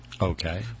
Okay